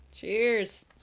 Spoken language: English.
Cheers